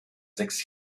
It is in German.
sechs